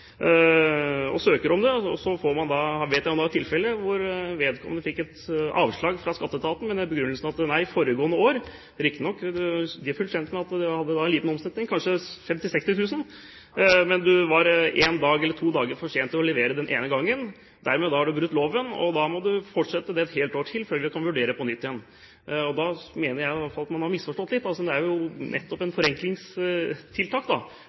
så søker om fritak. Jeg vet om et tilfelle der vedkommende fikk avslag fra Skatteetaten med følgende begrunnelse: Nei, riktignok var det liten omsetning foregående år, kanskje 50–60 000 kr, men du var én eller to dager for sent ute med å levere inn søknad den ene gangen, og dermed har du brutt loven, så da må du fortsette med den ordningen ett helt år til før vi kan vurdere det på nytt. Da mener i alle fall jeg at man har misforstått litt. Dette er jo nettopp